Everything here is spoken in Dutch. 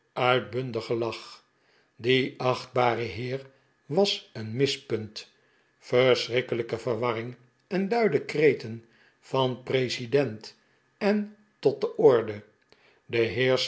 gelach die achtbare heer was een mispunt verschrikkelijke verwarring en luide kreten van president en tot de orde de